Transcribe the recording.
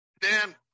Dan